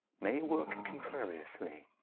may worke contrariously,